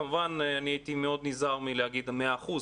כמובן אני הייתי מאוד נזהר מלהגיד 100%,